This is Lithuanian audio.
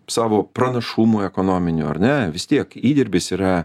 savo pranašumų ekonominių ar ne vis tiek įdirbis yra